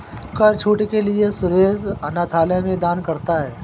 कर छूट के लिए सुरेश अनाथालय में दान करता है